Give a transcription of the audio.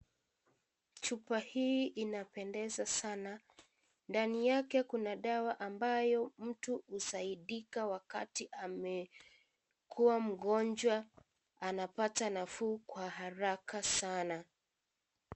Chupa hii inapendeza sana. Ndani yake kuna dawa ambayo mtu husaidika wakati amekuwa mgonjwa, anapata nafuu kwa haraka sana.